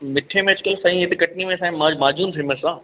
मिठे में अॼुकल्ह हेॾे कटनी में साईं माजून फेमस आहे